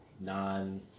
Non